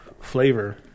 flavor